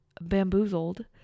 bamboozled